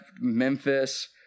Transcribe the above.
Memphis